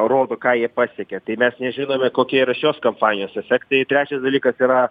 rodo ką jie pasiekė tai mes nežinome kokie yra šios kampanijos efektai trečias dalykas yra